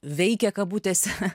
veikia kabutėse